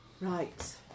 right